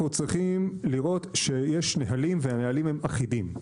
אנחנו צריכים לראות שיש נהלים והנהלים הם אחידים,